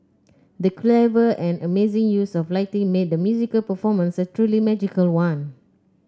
the clever and amazing use of lighting made the musical performance a truly magical one